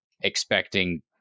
expecting